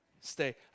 Stay